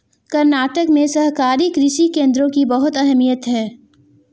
कर्नाटक में सहकारी कृषि केंद्रों की बहुत अहमियत है